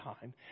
time